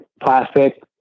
plastic